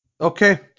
Okay